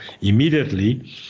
immediately